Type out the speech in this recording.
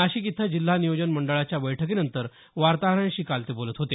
नाशिक इथं जिल्हा नियोजन मंडळाच्या बैठकीनंतर वार्ताहरांशी काल ते बोलत होते